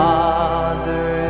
Father